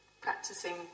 practicing